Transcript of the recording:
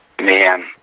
man